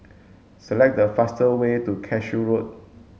select the fastest way to Cashew Road